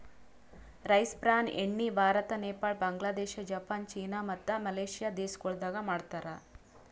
rice bran ಎಣ್ಣಿ Bharat, Nepal, Bangladesh, Japan, China ಮತ್ತ Malaysia ದೇಶಗೊಳ್ದಾಗ್ ಮಾಡ್ತಾರ್